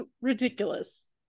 ridiculous